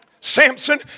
Samson